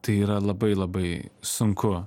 tai yra labai labai sunku